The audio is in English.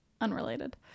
Unrelated